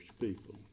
people